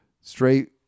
straight